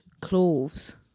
cloves